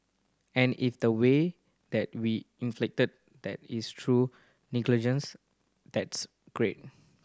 and if the way that we that is through that's great